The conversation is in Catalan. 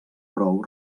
prou